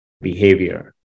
behavior